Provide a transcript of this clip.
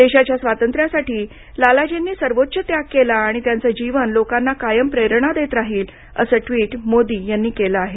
देशाच्या स्वातंत्र्यासाठी लालाजींनी सर्वोच्च त्याग केला आणि त्यांचं जीवन लोकांना कायम प्रेरणा देत राहील असं ट्वीट मोदी यांनी केलं आहे